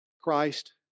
Christ